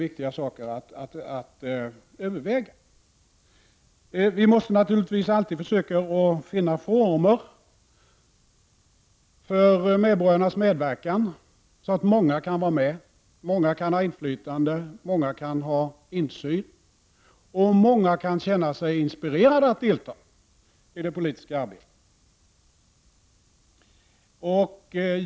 Vi måste naturligtvis alltid försöka finna former för medborgarnas medverkan, så att många kan vara med, många kan ha inflytande, många kan ha insyn och många kan känna sig inspirerade att delta i det politiska arbetet.